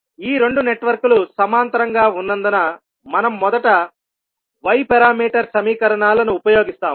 ఈ 2 నెట్వర్క్లు సమాంతరంగా ఉన్నందున మనం మొదట y పారామీటర్ సమీకరణాలను ఉపయోగిస్తాము